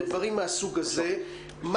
ודברים מהסוג הזה.